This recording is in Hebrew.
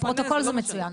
לפרוטוקול זה מצוין.